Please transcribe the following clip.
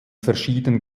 verschieden